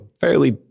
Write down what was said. fairly